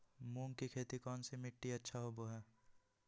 मूंग की खेती कौन सी मिट्टी अच्छा होबो हाय?